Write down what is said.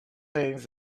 things